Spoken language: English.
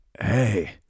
hey